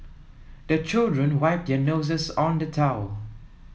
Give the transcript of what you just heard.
the children wipe their noses on the towel